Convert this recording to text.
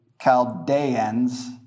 Chaldeans